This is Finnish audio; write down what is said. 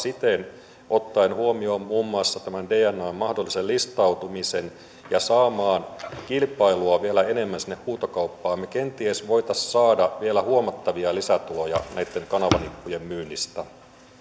ottaen huomioon muun muassa tämän dnan mahdollisen listautumisen ja saamaan kilpailua vielä enemmän sinne huutokauppaan niin me kenties voisimme saada vielä huomattavia lisätuloja näitten kanavanippujen myynnistä